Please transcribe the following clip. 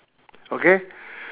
okay